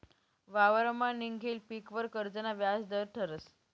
वावरमा निंघेल पीकवर कर्जना व्याज दर ठरस